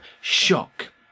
shock